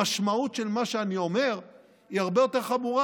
המשמעות של מה שאני אומר היא הרבה יותר חמורה,